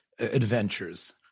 adventures